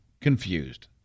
confused